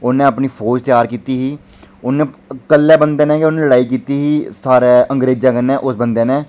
उन्नै अपनी फौज त्यार कीती ही उन्नै कल्लै बंदे ने गै उनें लड़ाई कीती ही सारे अंग्रेजा कन्नै उस बंदे ने